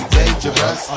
dangerous